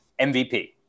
MVP